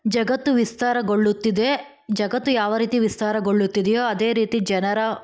ಜಗತ್ತು ವಿಸ್ತಾರಗೊಳ್ಳುತ್ತಿದೆ ಜಗತ್ತು ಯಾವ ರೀತಿ ವಿಸ್ತಾರಗೊಳ್ಳುತ್ತಿದೆಯೋ ಅದೇ ರೀತಿ ಜನರ